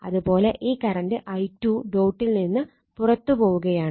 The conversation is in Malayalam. അത് പോലെ ഈ കറണ്ട് i2 ഡോട്ടിൽ നിന്ന് പുറത്ത് പോവുകയാണ്